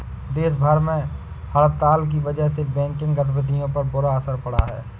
देश भर में हड़ताल की वजह से बैंकिंग गतिविधियों पर बुरा असर पड़ा है